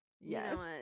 Yes